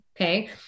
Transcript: Okay